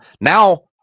Now